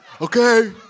okay